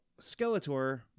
Skeletor